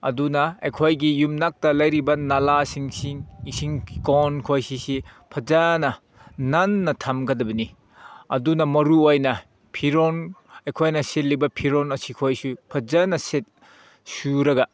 ꯑꯗꯨꯅ ꯑꯩꯈꯣꯏꯒꯤ ꯌꯨꯝꯂꯛꯇ ꯂꯩꯔꯤꯕ ꯅꯥꯂꯥꯁꯤꯡꯁꯤꯡ ꯏꯁꯤꯡ ꯀꯣꯟ ꯈꯣꯏꯁꯤꯁꯤ ꯐꯖꯅ ꯅꯥꯟꯅ ꯊꯝꯒꯗꯕꯅꯤ ꯑꯗꯨꯅ ꯃꯔꯨ ꯑꯣꯏꯅ ꯐꯤꯔꯣꯜ ꯑꯩꯈꯣꯏꯅ ꯁꯦꯠꯂꯤꯕ ꯐꯤꯔꯣꯜ ꯑꯁꯤ ꯈꯣꯏꯁꯤ ꯐꯖꯅ ꯁꯦꯠ ꯁꯨꯔꯒ